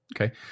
Okay